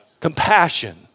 Compassion